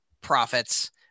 profits